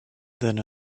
than